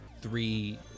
three